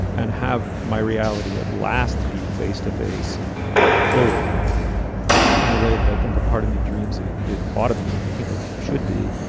and have my reality at last be face to face fully in a way that i think a part of me dreams. it it ought to be and, you know, should be.